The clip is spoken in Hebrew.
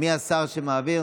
מי השר שמעביר?